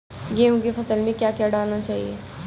गेहूँ की फसल में क्या क्या डालना चाहिए?